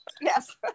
Yes